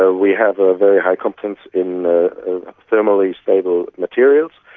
ah we have a very high competence in thermally stable materials,